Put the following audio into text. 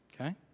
Okay